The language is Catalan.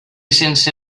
sense